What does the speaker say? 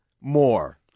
more